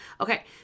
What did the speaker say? Okay